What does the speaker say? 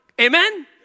Amen